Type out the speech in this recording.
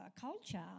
culture